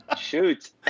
shoot